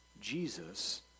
Jesus